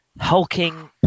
hulking